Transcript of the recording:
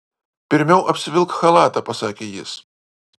pirmiau apsivilk chalatą pasakė jis